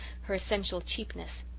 her essential cheapness.